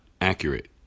accurate